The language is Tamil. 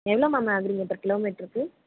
எவ்வளோ மேம் வாங்குறீங்க பர் கிலோ மீட்டருக்கு